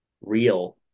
real